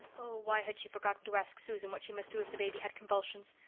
oh, why had she forgotten to ask susan what she must do if the baby had convulsions?